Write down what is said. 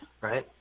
right